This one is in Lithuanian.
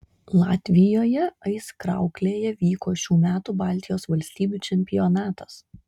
latvijoje aizkrauklėje vyko šių metų baltijos valstybių čempionatas